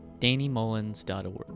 dannymullins.org